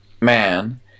man